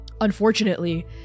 Unfortunately